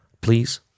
please